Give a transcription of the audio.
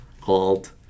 called